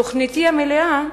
תוכניתי המלאה,